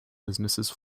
businesses